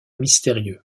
mystérieux